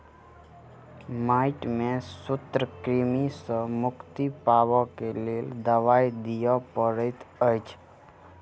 माइट में सूत्रकृमि सॅ मुक्ति पाबअ के लेल दवाई दियअ पड़ैत अछि